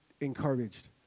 encouraged